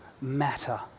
matter